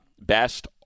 best